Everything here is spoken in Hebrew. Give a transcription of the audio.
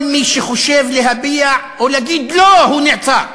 כל מי שחושב להביע או להגיד "לא", נעצר.